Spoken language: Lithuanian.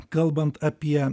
kalbant apie